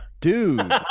dude